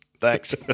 Thanks